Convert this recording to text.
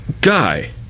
guy